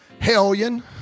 hellion